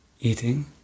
eating